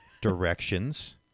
Directions